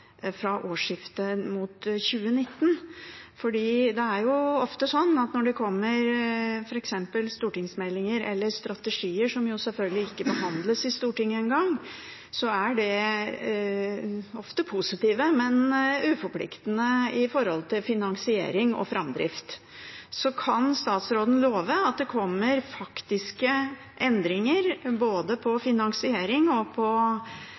fra årsskiftet, mot 2019, for det er sånn at når det kommer f.eks. stortingsmeldinger eller strategier, som selvfølgelig ikke behandles i Stortinget engang, er de ofte positive, men uforpliktende når det gjelder finansiering og framdrift. Kan statsråden love at det kommer faktiske endringer både på finansiering og på